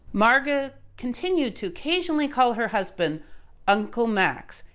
marga continued to occasionally call her husband uncle max,